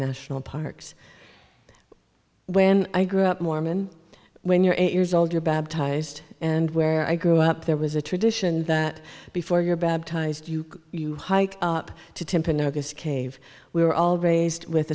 national parks when i grew up mormon when you're eight years old you're baptized and where i grew up there was a tradition that before you're baptized you could you hike up to temp in august cave we were all raised with